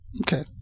Okay